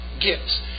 gifts